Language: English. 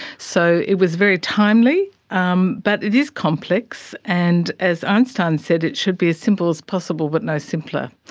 so it was very timely, um but it is complex. and as einstein said, it should be as simple as possible but no simpler,